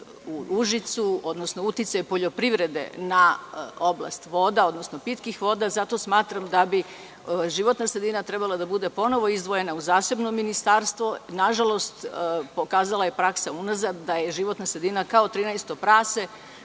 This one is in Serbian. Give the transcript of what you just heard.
u Užicu, odnosno uticaj poljoprivrede na oblast voda, odnosno pitkih voda. Zato smatram da bi životna sredina trebala da bude ponovo izdvojena u zasebno ministarstvo. Na žalost, pokazala je praksa unazad da je životna sredina kao trinaesto prase,